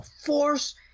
force